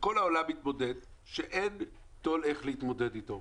שכל העולם מתמודד, שאין תו"ל איך להתמודד איתו.